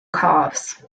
calves